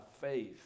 faith